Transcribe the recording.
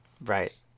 right